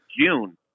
June